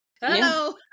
hello